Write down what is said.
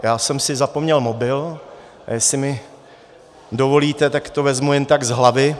Já jsem si zapomněl mobil, a jestli mi dovolíte, tak to vezmu jen tak z hlavy.